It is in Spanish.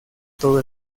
todo